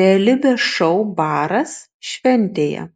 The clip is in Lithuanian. realybės šou baras šventėje